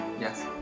Yes